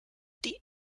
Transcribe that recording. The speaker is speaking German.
die